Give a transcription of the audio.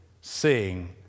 seeing